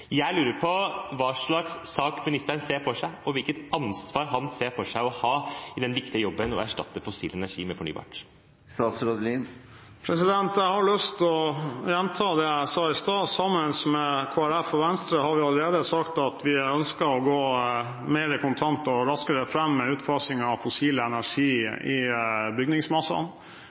Jeg lurer på hva slags sak ministeren ser for seg, og hvilket ansvar han ser for seg å ha i den viktige jobben med å erstatte fossil energi med fornybart. Jeg har lyst til å gjenta det jeg sa i stad: Sammen med Kristelig Folkeparti og Venstre har vi allerede sagt at vi ønsker å gå mer kontant og raskere fram med utfasing av fossil